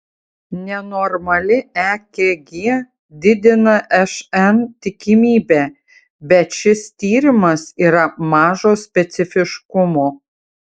nenormali ekg didina šn tikimybę bet šis tyrimas yra mažo specifiškumo